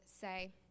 say